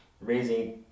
raising